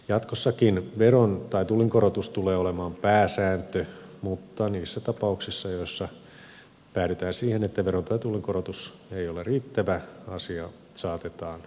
jatkossakin veron tai tullinkorotus tulee olemaan pääsääntö mutta niissä tapauksissa joissa päädytään siihen että veron tai tullinkorotus ei ole riittävä asia saatetaan tuomioistuimeen